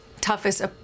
toughest